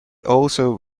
also